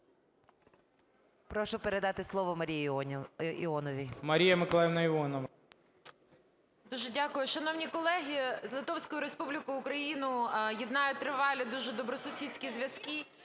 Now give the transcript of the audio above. Прошу передати слово Марії Іоновій.